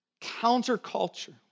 counterculture